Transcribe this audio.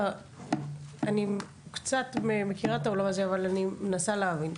אני קצת מכירה את העולם הזה, אבל אני מנסה להבין.